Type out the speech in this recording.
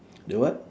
the what